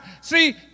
See